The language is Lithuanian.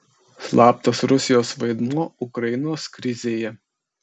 slaptas rusijos vaidmuo ukrainos krizėje